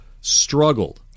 struggled